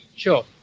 sure.